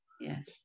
yes